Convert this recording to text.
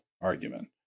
argument